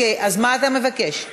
אני הצבעתי,